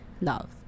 love